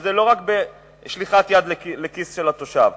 וזה לא רק בשליחת יד לכיס של התושב,